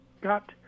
got